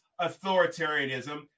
authoritarianism